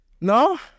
No